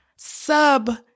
Sub